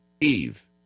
Eve